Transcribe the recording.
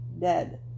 dead